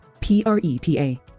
prepa